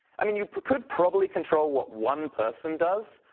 i mean, you could probably control what one person does,